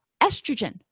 estrogen